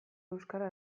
euskara